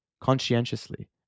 conscientiously